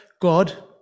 God